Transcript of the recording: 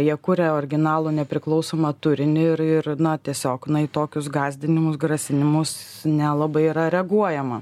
jie kuria originalų nepriklausomą turinį ir ir na tiesiog na į tokius gąsdinimus grasinimus nelabai yra reaguojama